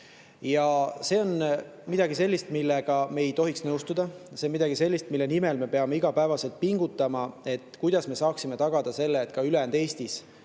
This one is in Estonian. See on midagi sellist, millega me ei tohiks nõustuda. Midagi sellist, mille nimel me peame iga päev pingutama: kuidas me saame tagada, et ka ülejäänud Eestis